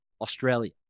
Australia